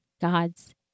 God's